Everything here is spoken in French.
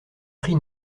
prix